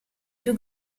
più